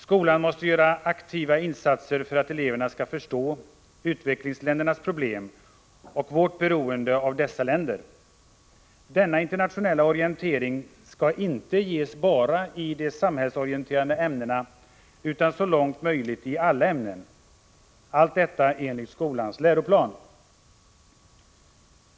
Skolan måste göra aktiva insatser för att eleverna skall förstå utvecklingsländernas problem och vårt beroende av dessa länder. Denna internationella orientering skall inte ges bara i de samhällsorienterande ämnena utan så långt möjligt i alla ämnen. Allt detta enligt skolans läroplan.